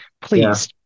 Please